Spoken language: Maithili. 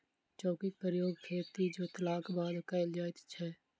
चौकीक प्रयोग खेत जोतलाक बाद कयल जाइत छै